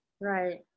Right